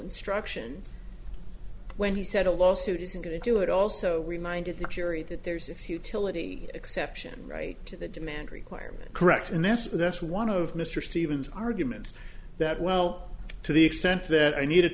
instruction when he said a lawsuit isn't going to do it also reminded the jury that there's a futility exception right to the demand requirement correct and that's that's one of mr stevens arguments that well to the extent that i needed